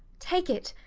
take it.